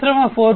పరిశ్రమ 4